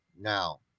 now